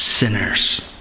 sinners